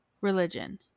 religion